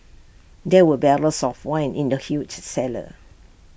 there were barrels of wine in the huge cellar